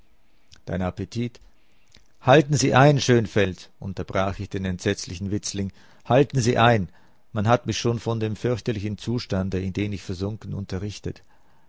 dein appetit halten sie ein schönfeld unterbrach ich den entsetzlichen witzling halten sie ein man hat mich schon von dem fürchterlichen zustande in den ich versunken unterrichtet